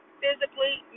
physically